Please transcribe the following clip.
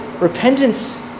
repentance